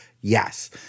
Yes